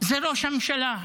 זה ראש הממשלה.